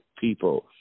people